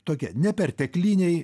tokie nepertekliniai